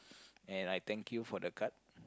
and I thank you for the card